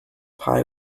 pie